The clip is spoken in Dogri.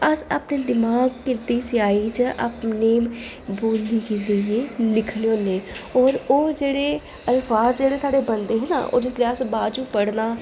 अस अपने दमाग गी स्याही च अपने बोलने दे जरिए लिखने होन्ने ते ओह् जेह्ड़े अल्फाज जेह्ड़े साढ़े बनदे हे ना ओह् असें जेल्लै बाद च पढ़ना